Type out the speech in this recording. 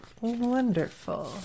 wonderful